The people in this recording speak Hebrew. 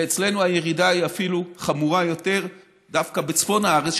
אצלנו הירידה היא אפילו חמורה יותר דווקא בצפון הארץ,